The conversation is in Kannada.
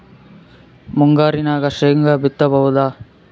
ಮುಂಗಾರಿನಾಗ ಶೇಂಗಾ ಬಿತ್ತಬಹುದಾ?